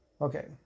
Okay